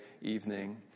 evening